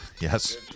Yes